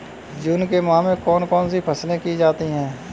जून के माह में कौन कौन सी फसलें की जाती हैं?